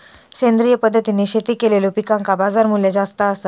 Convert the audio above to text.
सेंद्रिय पद्धतीने शेती केलेलो पिकांका बाजारमूल्य जास्त आसा